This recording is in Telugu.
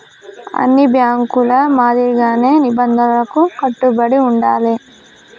అన్ని బ్యేంకుల మాదిరిగానే నిబంధనలకు కట్టుబడి ఉండాలే